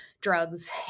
drugs